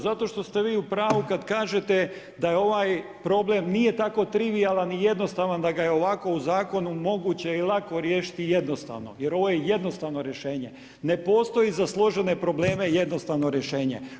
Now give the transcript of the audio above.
Zato to ste vi u pravu kad kažete da ovaj problem nije tako trivijalan i jednostavan da ga je ovako u zakonu moguće i lako riješiti jednostavno jer ovo je jednostavno rješenje, ne postoji za složene probleme jednostavno rješenje.